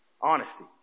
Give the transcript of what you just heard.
honesty